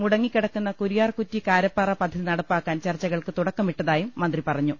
മുടങ്ങിക്കിടക്കുന്ന കുരിയാർകുറ്റി കാരപ്പാറ പദ്ധതി നടപ്പാക്കാൻ ചർച്ചകൾക്ക് തുടക്കമിട്ടതായും മന്ത്രി പറഞ്ഞു